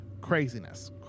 craziness